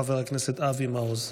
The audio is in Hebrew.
חבר הכנסת אבי מעוז.